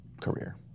career